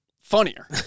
funnier